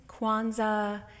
Kwanzaa